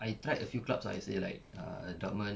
I tried a few clubs ah yesterday like err dortmund